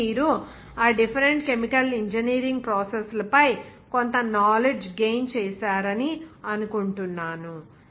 కాబట్టి మీరు ఆ డిఫరెంట్ కెమికల్ ఇంజనీరింగ్ ప్రాసెస్ ల పై కొంత కనౌలెడ్జి గెయిన్ చేసారని అనుకుంటున్నాను